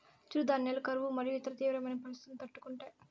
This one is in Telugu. చిరుధాన్యాలు కరువు మరియు ఇతర తీవ్రమైన పరిస్తితులను తట్టుకుంటాయి